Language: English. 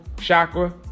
chakra